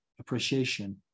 appreciation